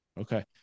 Okay